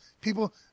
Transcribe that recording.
People